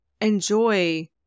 enjoy